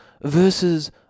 versus